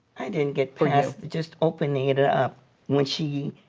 i didn't get past, just opening it ah when she,